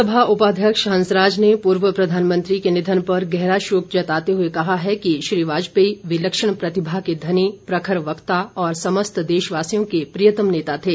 विधानसभा उपाध्यक्ष हंसराज ने पूर्व प्रधानमंत्री के निधन पर गहरा शोक जताते हुए कहा कि श्री वाजपेयी विलक्षण प्रतिभा के धनी प्रखर वक्ता और समस्त देशवासियों के प्रियतम नेता थे